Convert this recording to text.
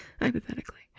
Hypothetically